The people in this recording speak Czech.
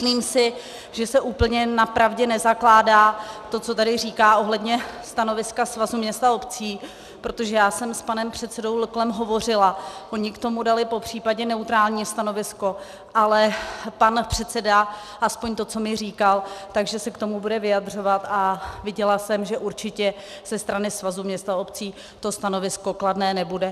A myslím si, že se úplně na pravdě nezakládá to, co tady říká ohledně stanoviska Svazu měst a obcí, protože já jsem s panem předsedou Luklem hovořila, oni k tomu dali popřípadě neutrální stanovisko, ale pan předseda, aspoň podle toho, co mi říkal, se k tomu bude vyjadřovat a viděla jsem, že určitě ze strany Svazu měst a obcí to stanovisko kladné nebude.